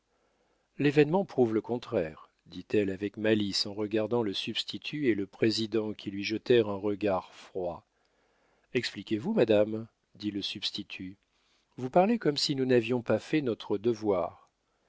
l'événement prouve le contraire dit-elle avec malice en regardant le substitut et le président qui lui jetèrent un regard froid expliquez-vous madame dit le substitut vous parlez comme si nous n'avions pas fait notre devoir